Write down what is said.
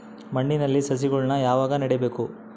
ಮಣ್ಣಿನಲ್ಲಿ ಸಸಿಗಳನ್ನು ಯಾವಾಗ ನೆಡಬೇಕು?